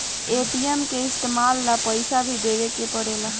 ATM के इस्तमाल ला पइसा भी देवे के पड़ेला